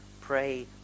pray